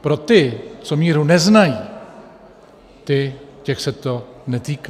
Pro ty, co míru neznají, těch se to netýká.